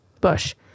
bush